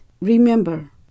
remember